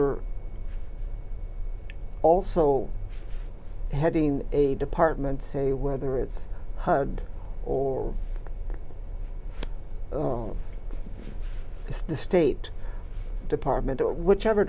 are also heading a department say whether it's hud or this state department or whichever